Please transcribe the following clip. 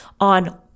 on